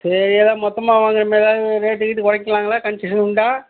சரி ஏதோ மொத்தமாக வாங்குகிறோமே எதாவது ரேட்டு கீட்டு குறைக்கலாங்களா கன்சிடர் உண்டா